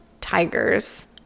tigers